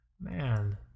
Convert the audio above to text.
Man